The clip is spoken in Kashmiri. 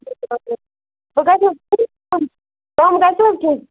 کَم گژھِ حظ کیٚنٛہہ